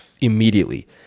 immediately